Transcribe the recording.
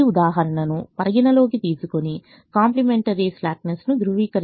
ఈ ఉదాహరణను పరిగణనలోకి కాంప్లిమెంటరీ స్లాక్ నెస్ ను ధృవీకరించాము